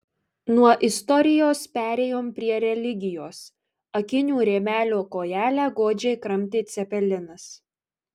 nuo istorijos perėjom prie religijos akinių rėmelio kojelę godžiai kramtė cepelinas